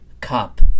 cup